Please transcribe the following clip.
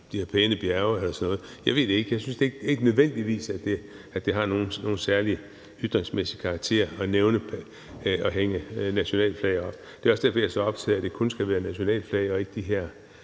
de har pæne bjerge og sådan noget. Jeg ved det ikke, jeg synes ikke nødvendigvis, at det har nogen særlig ytringsmæssig karakter at hænge nationalflag op. Det er også derfor, jeg er så optaget af, at det kun skal være nationalflag og ikke de her